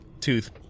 Tooth